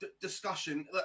discussion